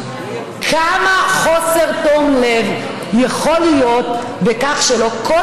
כמה חוסר תום לב יכול להיות בכך שלא כל